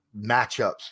matchups